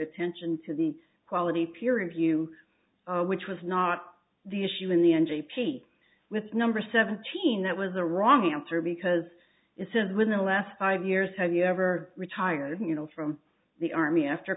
attention to the quality period view which was not the issue in the n g p with number seventeen that was a wrong answer because it said within the last five years have you ever retire from the army after